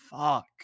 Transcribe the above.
fuck